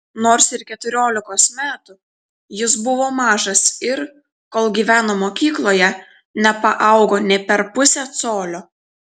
nors ir keturiolikos metų jis buvo mažas ir kol gyveno mokykloje nepaaugo nė per pusę colio